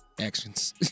actions